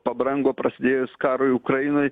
pabrango prasidėjus karui ukrainoj